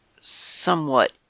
somewhat